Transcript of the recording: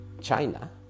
China